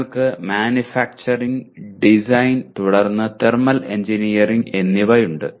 നിങ്ങൾക്ക് manufacturing design തുടർന്ന് thermal engineering എന്നിവയുണ്ട്